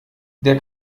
der